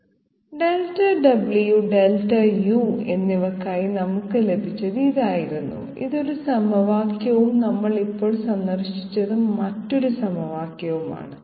Δw Δu എന്നിവയ്ക്കായി നമ്മൾക്ക് ലഭിച്ചത് ഇതായിരുന്നു ഇത് ഒരു സമവാക്യവും നമ്മൾ ഇപ്പോൾ സന്ദർശിച്ചത് മറ്റ് സമവാക്യവുമാണ്